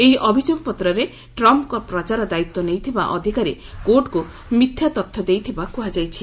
ଏହି ଅଭିଯୋଗପତ୍ରରେ ଟ୍ରମ୍ଫ୍ଙ୍କ ପ୍ରଚାର ଦାୟିତ୍ୱ ନେଇଥିବା ଅଧିକାରୀ କୋର୍ଟକୁ ମିଥ୍ୟା ତଥ୍ୟ ଦେଇଥିବା କୁହାଯାଇଛି